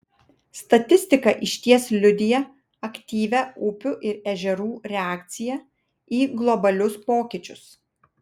statistika išties liudija aktyvią upių ir ežerų reakciją į globalius pokyčius